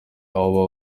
aho